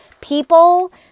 People